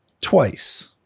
twice